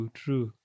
true